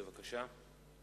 בבקשה.